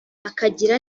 akagira